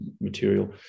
material